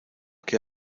que